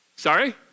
Sorry